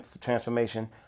transformation